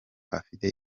afite